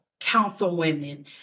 councilwomen